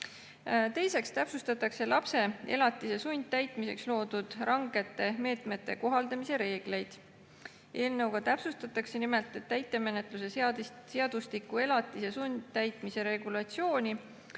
Teiseks täpsustatakse lapse elatise sundtäitmiseks loodud rangete meetmete kohaldamise reegleid. Eelnõuga täpsustatakse nimelt täitemenetluse seadustiku elatise sundtäitmise regulatsiooni, et